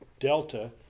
delta